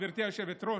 גברתי היושבת-ראש,